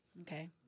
Okay